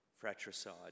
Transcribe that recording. fratricide